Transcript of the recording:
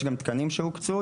יש גם תקנים שהוקצו,